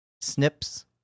Snips